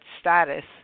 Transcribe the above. status